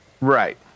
Right